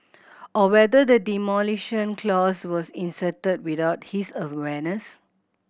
or whether the demolition clause was inserted without his awareness